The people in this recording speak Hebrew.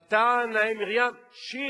ותען להם מרים שירו.